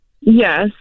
Yes